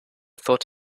thought